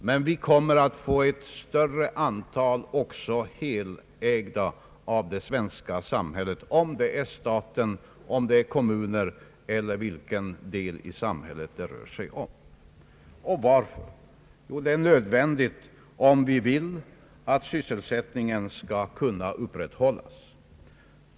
Men det blir också ett större antal helt samhällsägda företag, som styrs antingen av kommuner eller av staten. Varför? Jo, det är nödvändigt om vi vill att sysselsättningen skall kunna upprätthållas.